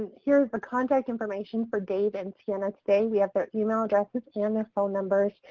here is the contact information for dave and sienna today. we have their email addresses and their phone numbers.